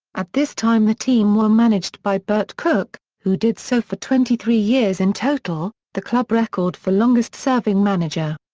at this time the team were managed by bert cooke, who did so for twenty three years in total, the club record for longest serving manager.